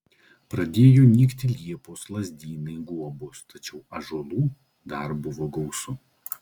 pradėjo nykti liepos lazdynai guobos tačiau ąžuolų dar buvo gausu